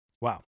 wow